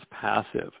passive